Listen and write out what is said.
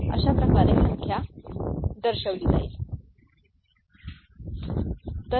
तर अशा प्रकारे संख्या दर्शविली जाईल ठीक आहे